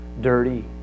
dirty